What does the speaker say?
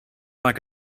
like